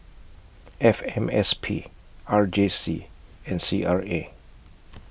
F M S P R J C and C R A